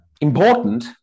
important